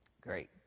great